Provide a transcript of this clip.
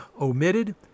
omitted